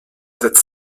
setzt